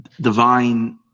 divine